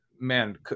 man